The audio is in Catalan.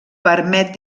permet